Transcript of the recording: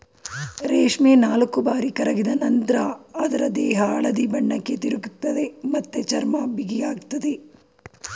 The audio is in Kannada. ರೇಷ್ಮೆ ನಾಲ್ಕುಬಾರಿ ಕರಗಿದ ನಂತ್ರ ಅದ್ರ ದೇಹ ಹಳದಿ ಬಣ್ಣಕ್ಕೆ ತಿರುಗ್ತದೆ ಮತ್ತೆ ಚರ್ಮ ಬಿಗಿಯಾಗ್ತದೆ